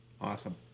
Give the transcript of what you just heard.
Awesome